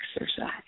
exercise